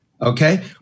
okay